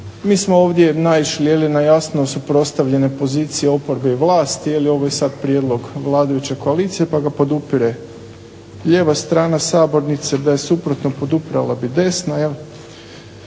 Mi smo ovdje naišli na jasno suprotstavljene opozicije, oporbe i vlasti jeli ovo je sada prijedlog vladajuće koalicije pa ga podupire lijeva strana sabornice. Da je suprotno podupirala bi desna